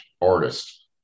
artist